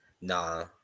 Nah